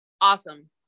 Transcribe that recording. Awesome